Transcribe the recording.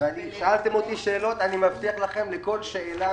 שאלתם אותי שאלות ואני מבטיח לכם שאענה לכל שאלה.